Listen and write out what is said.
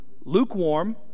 lukewarm